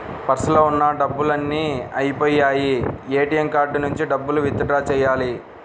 పర్సులో ఉన్న డబ్బులన్నీ అయ్యిపొయ్యాయి, ఏటీఎం కార్డు నుంచి డబ్బులు విత్ డ్రా చెయ్యాలి